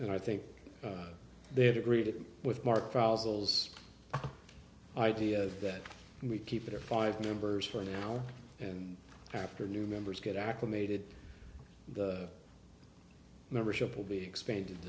and i think they had agreed with mark fossils ideas that we keep it or five members for now and after new members get acclimated the membership will be expanded